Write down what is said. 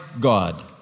God